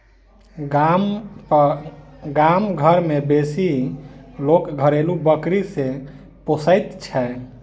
गाम घर मे बेसी लोक घरेलू बकरी के पोसैत छै